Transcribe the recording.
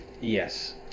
Yes